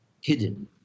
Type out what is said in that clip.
hidden